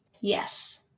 yes